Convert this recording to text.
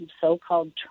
so-called